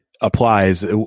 applies